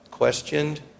questioned